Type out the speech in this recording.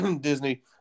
Disney